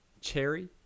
cherry